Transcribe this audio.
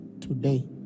Today